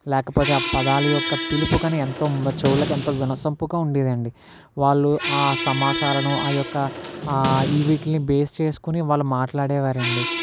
లేకపోతే ఆ పదాలు యొక్క పిలుపుకని ఎంతో చెవులకు ఎంతో వినసొంపుగా ఉండేదండి వాళ్ళు ఆ సమాసాలను ఆ యొక్క ఈ వీటిని బేస్ చేసుకుని వాళ్ళు మాట్లాడేవారండి